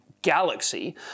galaxy